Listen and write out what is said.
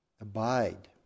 abide